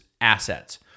assets